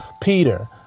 Peter